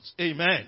Amen